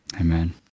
Amen